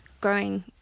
growing